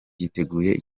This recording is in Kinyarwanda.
icyi